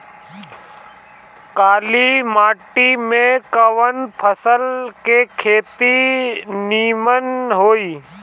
काली माटी में कवन फसल के खेती नीमन होई?